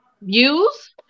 views